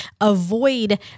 Avoid